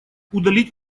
удалить